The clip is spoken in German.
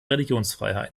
religionsfreiheit